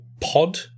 pod